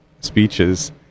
speeches